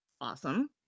awesome